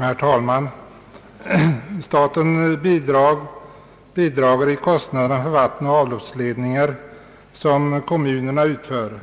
Herr talman! Staten bidrar till kostnaderna för vattenoch avloppsanläggningar som kommunerna utför.